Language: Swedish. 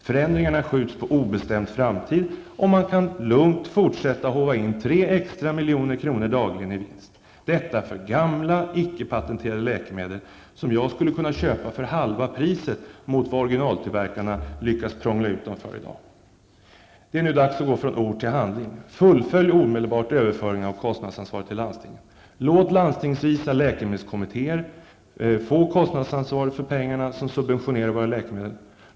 Förändringarna skjuts på obestämd framtid, och man kan lugnt fortsätta att håva in extra miljoner dagligen i vinst -- detta för gamla, icke-patenterade läkemedel, som jag skulle kunna köpa för halva priset mot vad originaltillverkarna lyckas prångla ut dem för i dag. Det är nu dags att gå från ord till handling. Fullfölj omedelbart överföringen av kostnadsansvaret till landstingen! Låt läkemedelskommittéer landstingsvis få kostnadsansvaret för pengarna som subventionerar våra läkemedel!